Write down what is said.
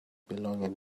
belonging